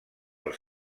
els